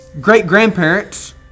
great-grandparents